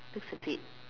that's a bit